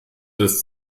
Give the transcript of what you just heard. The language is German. das